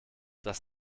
das